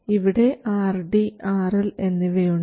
ഇവിടെ RD RL എന്നിവയുണ്ട്